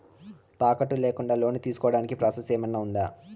తాకట్టు లేకుండా లోను తీసుకోడానికి ప్రాసెస్ ఏమన్నా ఉందా?